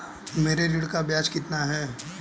मेरे ऋण का ब्याज कितना है?